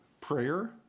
prayer